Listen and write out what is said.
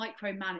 micromanage